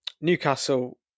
Newcastle